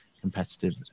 competitive